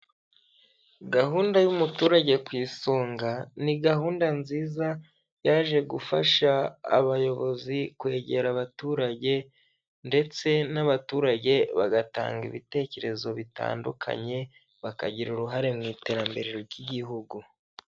Gahunda y'umuturage ku isonga, ni gahunda nziza yaje gufasha abayobozi kwegera abaturage ndetse n'abaturage bagatanga ibitekerezo bitandukanye, bakagira uruhare mu iterambere ry'igihugu.